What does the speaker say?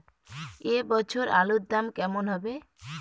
এ বছর আলুর দাম কেমন হবে?